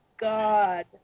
god